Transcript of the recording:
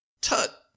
Tut